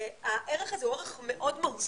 הערך הזה הוא ערך מאוד מהותי,